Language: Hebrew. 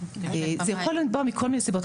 זה יכול לנבוע מכל מיני סיבות,